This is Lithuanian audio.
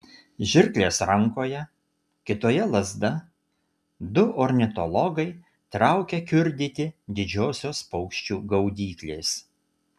žirklės rankoje kitoje lazda du ornitologai traukia kiurdyti didžiosios paukščių gaudyklės